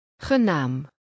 Genaam